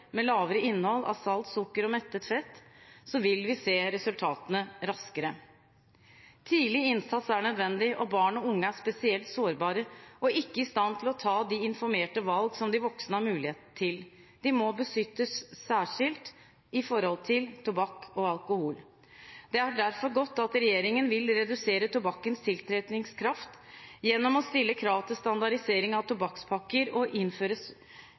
med lavere innhold av salt, sukker og mettet fett, vil vi se resultatene raskere. Tidlig innsats er nødvendig, og barn og unge er spesielt sårbare og ikke i stand til å ta de informerte valg som de voksne har mulighet til. De må beskyttes særskilt når det gjelder tobakk og alkohol. Det er derfor godt at regjeringen vil redusere tobakkens tiltrekningskraft gjennom å stille krav til standardisering av tobakkspakker og